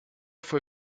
fue